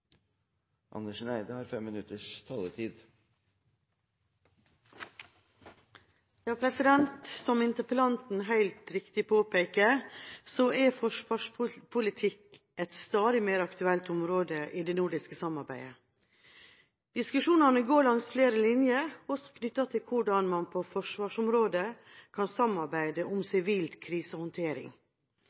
stadig mer aktuelt område i det nordiske samarbeidet. Diskusjonene går langs flere linjer, også knyttet til hvordan man på forsvarsområdet kan samarbeide om sivil